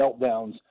meltdowns